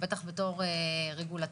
בטח בתור רגולטורים,